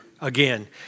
again